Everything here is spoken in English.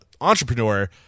entrepreneur